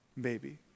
baby